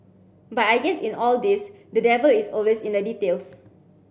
but I guess in all this the devil is always in the details